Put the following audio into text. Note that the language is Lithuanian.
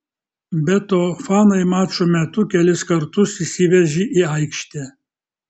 be to fanai mačo metu kelis kartus įsiveržė į aikštę